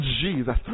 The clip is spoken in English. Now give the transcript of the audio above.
Jesus